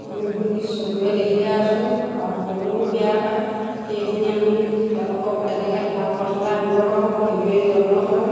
আমি খুদ নিজ চকুৰে দেখিয়ে আছোঁ আৰু ক'লেও বেয়া পায় সেইখিনি আমি তেওঁলোকক কেনেকৈ ভাল পথলৈ আনিব পাৰোঁ সেইটোৱেই যত্ন কৰোঁ